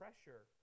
Pressure